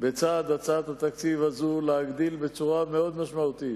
בצד הצעת התקציב הזו, להגדיל בצורה מאוד משמעותית